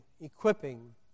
equipping